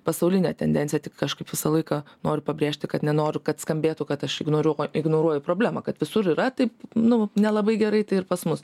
pasaulinę tendenciją tik kažkaip visą laiką noriu pabrėžti kad nenoriu kad skambėtų kad aš ignoruoju ignoruoja problemą kad visur yra taip nu nelabai gerai tai ir pas mus